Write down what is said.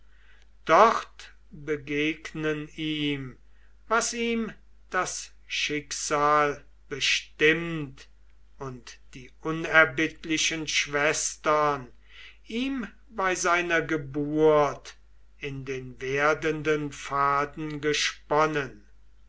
dort begegn ihm was ihm das schicksal bestimmt und die unerbittlichen schwestern ihm bei seiner geburt in den werdenden faden gesponnen